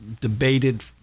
debated